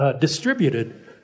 distributed